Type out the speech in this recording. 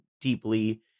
deeply